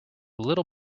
little